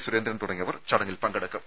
സുരേന്ദ്രൻ തുടങ്ങിയവർ ചടങ്ങിൽ പങ്കെടുക്കും